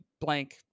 blank